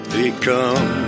become